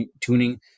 tuning